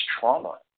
trauma